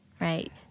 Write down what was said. right